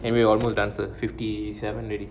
and we're almost dancer fifty seven already